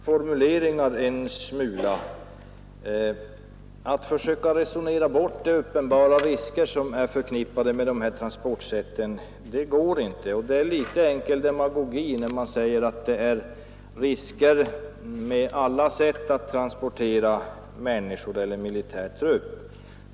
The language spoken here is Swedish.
Herr talman! Jag måste tyvärr skärpa mina formuleringar en smula. Att försöka resonera bort de uppenbara risker som är förknippade med de här transportsätten går inte, och det är litet enkel demagogi när man säger att det är risker med alla sätt att transportera människor eller militär trupp.